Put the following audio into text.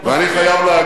ואני חייב להגיד